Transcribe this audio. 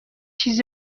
چیز